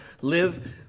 live